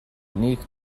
unique